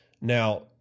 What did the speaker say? Now